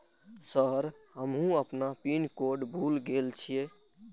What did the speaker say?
Sir हमू अपना pin code भूल गेल जीये?